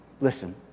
Listen